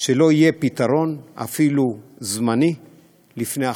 שלא יהיה פתרון אפילו זמני לפני החגים.